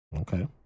Okay